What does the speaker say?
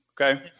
Okay